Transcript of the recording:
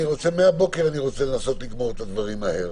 מהבוקר אני רוצה לנסות לגמור את הדברים מהר,